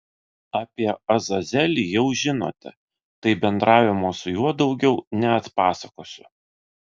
apie azazelį jau žinote tai bendravimo su juo daugiau neatpasakosiu